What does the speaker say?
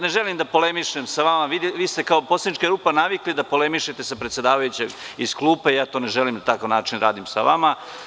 Ne želim da polemišem sa vama, vi ste kao poslanička grupa navikli da polemišete sa predsedavajućim iz klupe, a ja ne želim na takav način da radim sa vama.